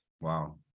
wow